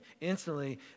Instantly